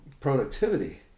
productivity